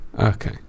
Okay